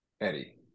Eddie